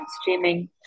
streaming